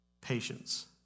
patience